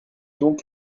donc